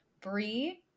Brie